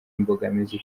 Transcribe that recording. imbogamizi